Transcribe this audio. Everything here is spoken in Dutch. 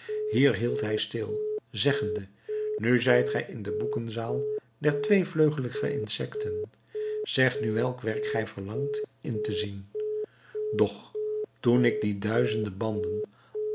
hier hield hij stil zeggende nu zijt gij in de boekenzaal der tweevleugelige insekten zeg nu welk werk gij verlangt in te zien doch toen ik die duizende banden